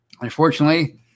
unfortunately